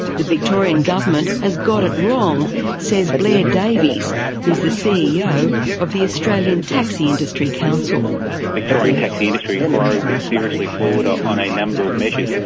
the victorian government has got it wrong says blair davies who is the ceo of the australian taxi industry council. the victorian taxi industry inquiry was seriously flawed ah on a number of measures.